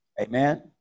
Amen